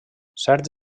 certs